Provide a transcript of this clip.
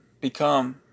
become